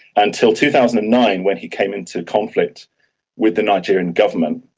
until two thousand and nine when he came into conflict with the nigerian government.